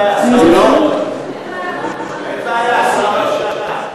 אין בעיה, השר רשאי.